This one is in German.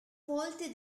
folgte